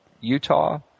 Utah